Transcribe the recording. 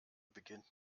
beginnt